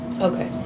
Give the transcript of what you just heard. Okay